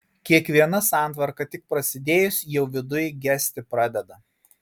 kiekviena santvarka tik prasidėjus jau viduj gesti pradeda